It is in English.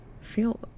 feel